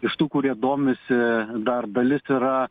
iš tų kurie domisi dar dalis yra